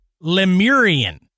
Lemurian